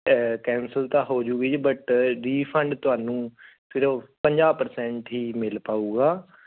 cancel ਤਾਂ ਹੋ ਜਾਵੇਗੀ ਜੀ ਬਟ ਰੀਫੰਡ ਤੁਹਾਨੂੰ ਫਿਰ ਉਹ ਪੰਜਾਹ ਪਰਸੈਂਟ ਹੀ ਮਿਲ ਪਾਵੇਗਾ